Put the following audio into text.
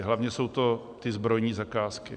Hlavně jsou to zbrojní zakázky.